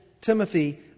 Timothy